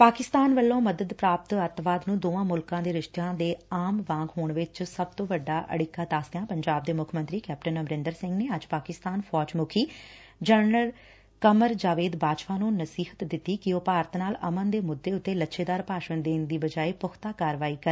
ਪਾਕਿਸਤਾਨ ਵੱਲੋਂ ਮਦਦ ਪ੍ਰਾਪਤ ਅਤਿਵਾਦ ਨੰ ਦੋਵਾਂ ਮੁਲਕਾਂ ਦੇ ਰਿਸ਼ਤਿਆਂ ਦੇ ਆਮ ਵਾਂਗ ਹੋਣ ਵਿੱਚ ਸਭ ਤੋਂ ਵੱਡਾ ਅਤਿੱਕਾ ਦੱਸਦਿਆਂ ਪੰਜਾਬ ਦੇ ਮੁੱਖ ਮੰਤਰੀ ਕੈਪਟਨ ਅਮਰਿੰਦਰ ਸਿੰਘ ਨੇ ਅੱਜ ਪਾਕਿਸਤਾਨ ਫੌਜ ਮੁਖੀ ਜਨਰਲ ਕਮਰ ਜਾਵੇਦ ਬਾਜਵਾ ਨੂੰ ਨਸੀਹਤ ਦਿੱਤੀ ਕਿ ਉਹ ਭਾਰਤ ਨਾਲ ਅਮਨ ਦੇ ਮੁੱਦੇ ਉਤੇ ਲੱਛੇਦਾਰ ਭਾਸ਼ਣ ਦੇਣ ਦੀ ਬਜਾਏ ਪੁਖਤਾ ਕਾਰਵਾਈ ਕਰਨ